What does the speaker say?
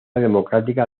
democrática